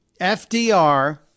FDR